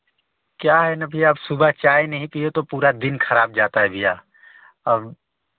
क्या है ना भैया अब सुबह चाय नहीं पिये तो पूरा दिन खराब जाता है भैया और